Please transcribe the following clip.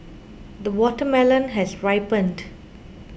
the watermelon has ripened